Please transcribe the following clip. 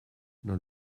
dans